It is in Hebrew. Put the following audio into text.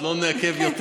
אז לא נעכב יותר.